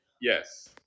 Yes